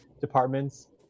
departments